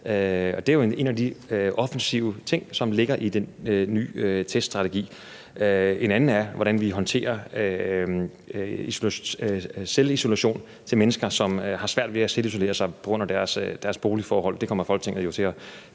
det er jo en af de offensive ting, som ligger i den nye teststrategi. En anden er, hvordan vi håndterer selvisolation for mennesker, som har svært ved at selvisolere sig på grund af deres boligforhold. Det kommer Folketinget jo til at